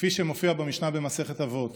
כפי שמופיע במשנה במסכת אבות: